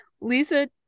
Lisa